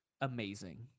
amazing